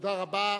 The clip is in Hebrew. תודה רבה.